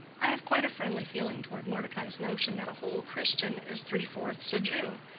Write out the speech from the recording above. i have quite a friendly feeling toward mordecai's notion that a whole christian is three-fourths a jew,